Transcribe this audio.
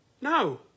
No